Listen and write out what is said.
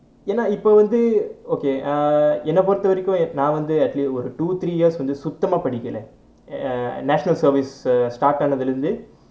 ஏனா இப்போ வந்து:yaennaa ippo vanthu okay err என்னை பொருத்த வரைக்கும் நா வந்து:ennai porutha varaikkum naa vanthu at least ஒரு:oru two three years வந்து சுத்தமா படிக்கலை:vanthu suthamaa padikkalai national service start ஆனதுலை இருந்து:aanathulai irunthu